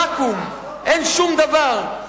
ואקום, אין שום דבר.